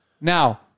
Now